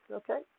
okay